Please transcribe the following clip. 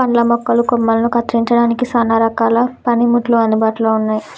పండ్ల మొక్కల కొమ్మలని కత్తిరించడానికి సానా రకాల పనిముట్లు అందుబాటులో ఉన్నాయి